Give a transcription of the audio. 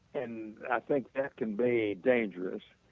and i think that can be dangerous.